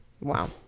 wow